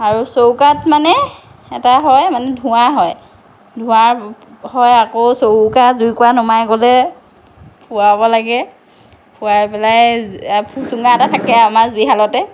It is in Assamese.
আৰু চৌকাত মানে এটা হয় মানে ধোৱা হয় ধোৱা হয় আকৌ চৌকা জুইকোৰা নুমাই গ'লে ফুৱাব লাগে ফুৱাই পেলাই এটা ফুচুঙা এটা থাকে আৰু আমাৰ জুই শালতে